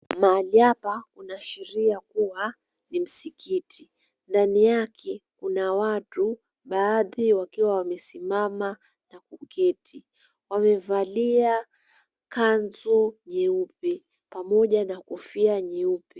Mahali hapa kunaashiria kuwa ni msikiti. Ndani yake kuna watu baadhi wakiwa wamesimama na kuketi. Wamevalia kanzu nyeupe pamoja na kofia nyeupe.